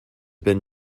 been